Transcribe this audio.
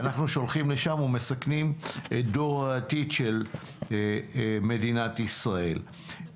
ואנחנו שולחים לשם ומסכנים את דור העתיד של מדינת ישראל.